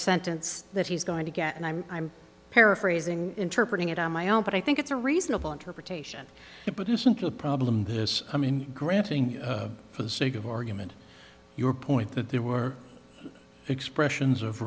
sentence that he's going to get and i'm i'm paraphrasing interpret it on my own but i think it's a reasonable interpretation it isn't a problem this i mean granting for the sake of argument your point that there were expressions of